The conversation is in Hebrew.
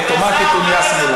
אז אוטומטית הוא נהיה שמאלן.